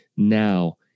Now